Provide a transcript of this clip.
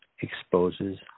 exposes